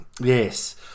Yes